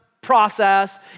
process